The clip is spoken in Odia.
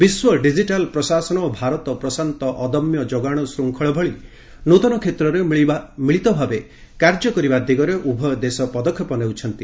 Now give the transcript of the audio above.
ବିଶ୍ୱ ଡିକିଟାଲ ପ୍ରଶାସନ ଓ ଭାରତ ପ୍ରଶାନ୍ତ ଅଦମ୍ୟ ଯୋଗାଣ ଶୃଙ୍ଖଳ ଭଳି ନୃତନ କ୍ଷେତ୍ରରେ ମିଳିତଭାବେ କାର୍ଯ୍ୟ କରିବା ଦିଗରେ ଉଭୟ ଦେଶ ପଦକ୍ଷେପ ନେଉଛନ୍ତି